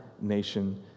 nation